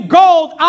gold